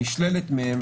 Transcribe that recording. נשללת מהם.